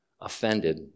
Offended